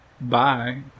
bye